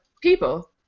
people